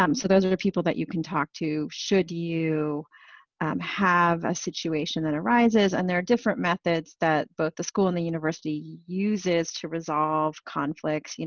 um so those are the people that you can talk to should you have a situation that arises. and there are different methods that both the school and the university uses to resolve conflicts.